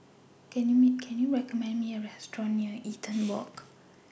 Can YOU recommend Me A Restaurant near Eaton Walk